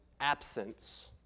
absence